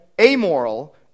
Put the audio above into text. amoral